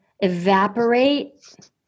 evaporate